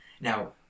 Now